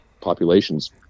population's